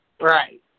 Right